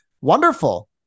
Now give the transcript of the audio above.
Wonderful